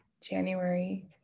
January